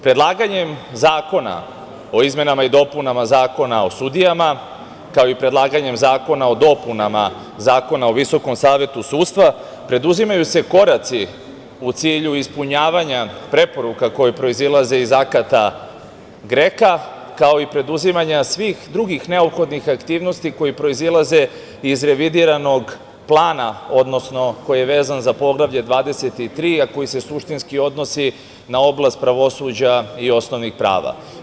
Predlaganjem zakona o izmenama i dopunama Zakona o sudijama, kao i predlaganja zakona o dopunama Zakona o Visokom savetu sudstva, preduzimaju se koraci u cilju ispunjavanja preporuka koje proizilaze iz akata GREKA, kao i preduzimanja svih drugih neophodnih aktivnosti, koje proizilaze iz revidiranog plana, odnosno koji je vezan za Poglavlje 23, a koji se suštinski odnosi na oblast pravosuđa i osnovnih prava.